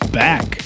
back